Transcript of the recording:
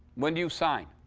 when do you sign?